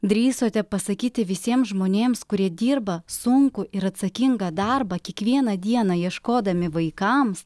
drįsote pasakyti visiems žmonėms kurie dirba sunkų ir atsakingą darbą kiekvieną dieną ieškodami vaikams